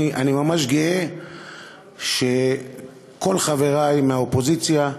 אני ממש גאה שכל חברי מהאופוזיציה,